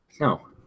no